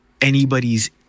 anybody's